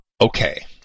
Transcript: Okay